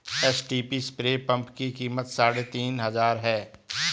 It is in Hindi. एचटीपी स्प्रे पंप की कीमत साढ़े तीन हजार है